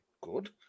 good